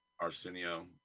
arsenio